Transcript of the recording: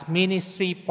ministry